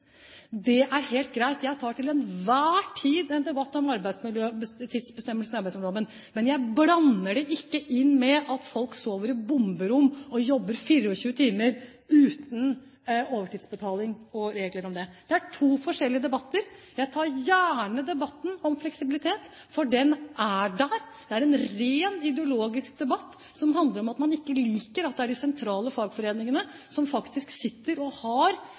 men jeg blander det ikke inn med at folk sover i bomberom og jobber 24 timer uten overtidsbetaling, og regler om det. Det er to forskjellige debatter. Jeg tar gjerne debatten om fleksibilitet, for den er der. Det er en ren ideologisk debatt som handler om at man ikke liker at det er de sentrale fagforeningene som faktisk har et ord med i laget når det gjelder hvordan arbeidstidene skal avgjøres. Det er det dette handler om. Og